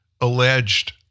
alleged